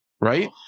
right